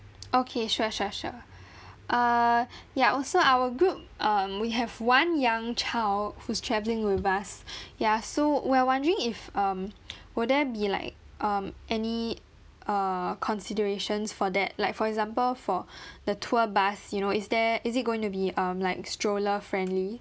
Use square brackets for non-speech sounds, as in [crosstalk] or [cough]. okay sure sure sure [breath] err ya also our group um we have one young child who's travelling with us [breath] ya so we're wondering if um [noise] will there be like um any err considerations for that like for example for [breath] the tour bus you know is there is it going to be um like stroller friendly